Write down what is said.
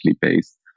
based